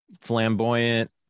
flamboyant